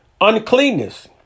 uncleanness